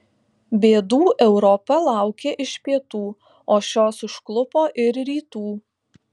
bėdų europa laukė iš pietų o šios užklupo ir rytų